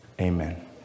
amen